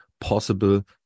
possible